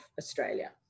Australia